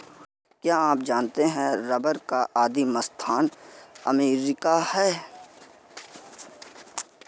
क्या आप जानते है रबर का आदिमस्थान अमरीका है?